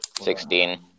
Sixteen